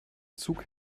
zug